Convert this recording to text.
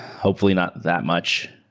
hopefully not that much.